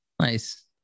Nice